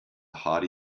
hearty